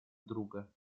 друга